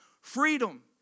Freedom